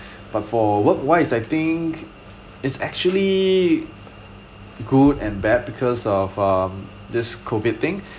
but for work wise I think it's actually good and bad because of um this COVID thing